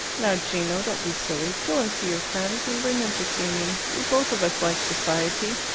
now, gino, don't be silly. go and see your friends, and bring them to see me. we both of us like society.